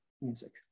music